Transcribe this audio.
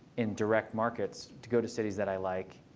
in direct markets to go to cities that i like.